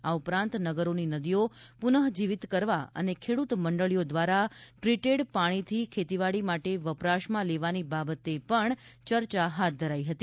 આ ઉપરાંત નગરોની નદીઓ પુનઃજીવીત કરવા અને ખેડૂત મંડળીઓ દ્વારા ટ્રીટેડ પાણીથી ખેતીવાડી માટે વપરાશમાં લેવાની બાબતે પણ ચર્ચા હાથ ધરાઇ હતી